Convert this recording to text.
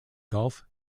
golf